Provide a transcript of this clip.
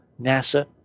nasa